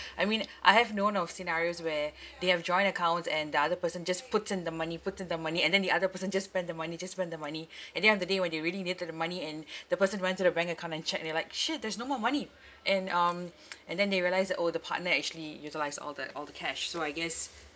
I mean I have known of scenarios where they have joint accounts and the other person just puts in the money puts in the money and then the other person just spend the money just spend the money at the end of the day when they really needed the money and the person went to the bank account and check they're like shit there's no more money and um and then they realised that orh the partner actually utilised all the all the cash so I guess